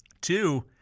Two